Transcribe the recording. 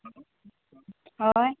हय